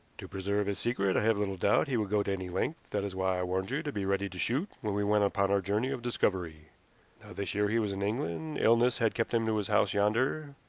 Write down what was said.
to preserve his secret, i have little doubt he would go to any length that is why i warned you to be ready to shoot when we went upon our journey of discovery. now this year he was in england illness had kept him to his house yonder,